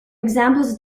examples